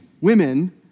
women